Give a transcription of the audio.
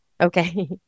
okay